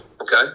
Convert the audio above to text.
Okay